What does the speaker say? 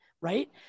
Right